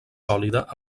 sòlida